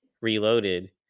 reloaded